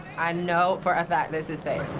i know for a fact this is fake.